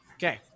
Okay